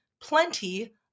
plenty